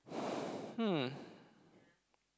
hmm